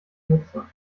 nutzer